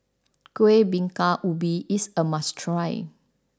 KuehBingka Ubi is a must try